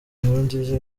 nkurunziza